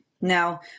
Now